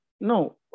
No